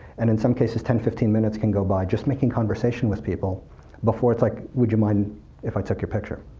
and in some cases ten, fifteen minutes can go by just making conversation with people before it's like, would you mind if i took your picture?